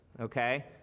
okay